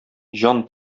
җан